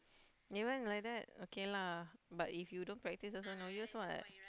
even like that okay lah but if you don't practice also no use what